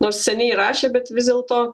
nors seniai rašė bet vis dėlto